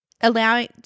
allowing